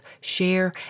share